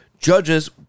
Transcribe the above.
judges